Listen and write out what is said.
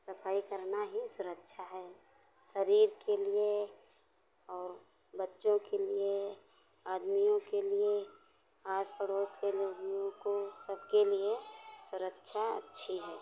सफाई करना ही सुरक्षा है शरीर के लिए और बच्चों के लिए आदमियों के लिए आस पड़ोस के लोगों को सबके लिए सुरक्षा अच्छी है